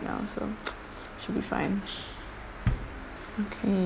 now so should be fine okay